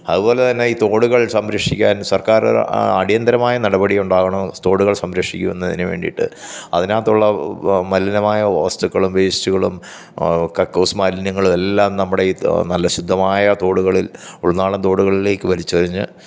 അത്പോലെതന്നെ ഈ തോടുകള് സംരഷിക്കാന് സര്ക്കാരിന്റെ ആ അടിയന്തരമായ നടപടി ഉണ്ടാവണം തോടുകള് സംരഷിക്കുന്നതിന് വേണ്ടിയിട്ട് അതിനകത്തുള്ള മലിനമായ വസ്തുക്കളും വേസ്റ്റുകളും കക്കൂസ് മാലിന്യങ്ങളും എല്ലാം നമ്മുടെ ഈ നല്ല ശുദ്ധമായ തോടുകളില് ഉള്നാടന് തോടുകളിലേക്ക് വലിച്ചെറിഞ്ഞ്